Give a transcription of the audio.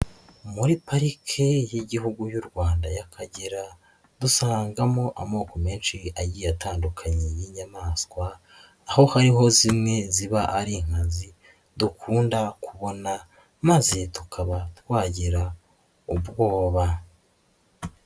Muri parike y'Igihugu y'u Rwanda y'Akagera, dusangamo amoko menshi agiye atandukanye y'inyamaswa, aho hariho zimwe ziba ari inkazi dukunda kubona maze tukaba twagira ubwoba.